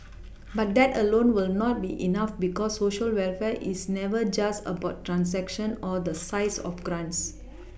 but that alone will not be enough because Social welfare is never just about transactions or the size of grants